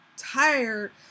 tired